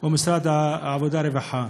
או משרד העבודה והרווחה,